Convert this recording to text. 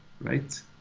right